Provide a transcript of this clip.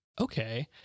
okay